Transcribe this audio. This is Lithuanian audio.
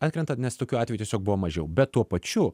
atkrenta nes tokių atvejų tiesiog buvo mažiau bet tuo pačiu